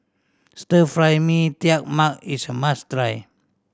Stir Fry Mee Tai Mak is a must try